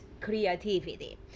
creativity